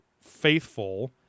faithful